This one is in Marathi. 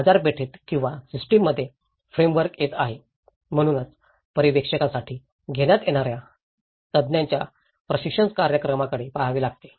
बाजारपेठेत आणि सिस्टममध्ये फ्रेमवर्क येत आहेत म्हणूनच पर्यवेक्षकासाठी घेण्यात येणा या तज्ञांच्या प्रशिक्षण कार्यक्रमांकडे पहावे लागते